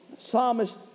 psalmist